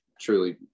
truly